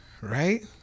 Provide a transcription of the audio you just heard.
Right